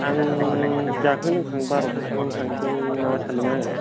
आं जाखां लोंखां बार'था सोयाव थांनोसै नामा सान्दोंमोन आङो